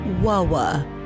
Wawa